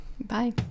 Bye